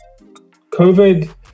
COVID